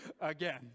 again